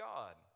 God